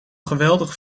geweldig